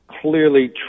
clearly